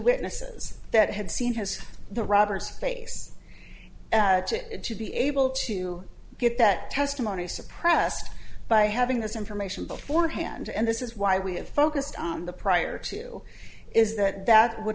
witnesses that had seen has the robbers face to it to be able to get that testimony suppressed by having this information beforehand and this is why we have focused on the prior to is that that would